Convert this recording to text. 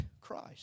Christ